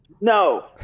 no